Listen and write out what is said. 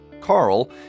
Carl